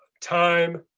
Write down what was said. time,